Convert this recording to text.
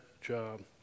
job